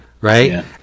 Right